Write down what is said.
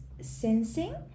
sensing